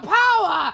power